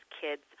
kids